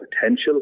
potential